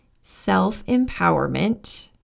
self-empowerment